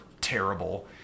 terrible